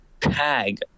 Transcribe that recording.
tag